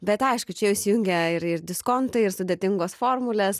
bet aišku čia įsijungia ir ir diskontai ir sudėtingos formulės